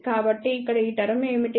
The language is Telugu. కాబట్టి ఇక్కడ ఈ టర్మ్ ఏమిటి